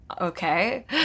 okay